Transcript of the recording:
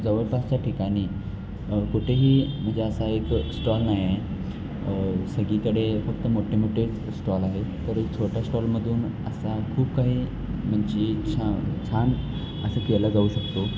जवळपासच्या ठिकाणी कुठेही म्हणजे असा एक स्टॉल नाही आहे सगळीकडे फक्त मोठे मोठे स्टॉल आहे तर छोट्या स्टॉलमधून असा खूप काही म्हणजे छा छान असं केला जाऊ शकतो